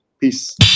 Peace